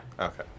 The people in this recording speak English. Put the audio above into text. Okay